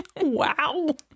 Wow